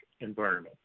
environment